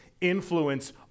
influence